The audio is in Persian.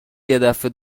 یدفعه